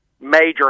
major